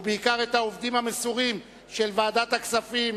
ובעיקר את העובדים המסורים של ועדת הכספים,